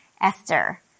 Esther